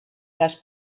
cas